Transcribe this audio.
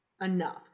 enough